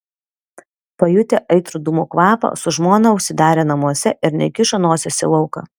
pajutę aitrų dūmų kvapą su žmona užsidarė namuose ir nekišo nosies į lauką